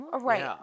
Right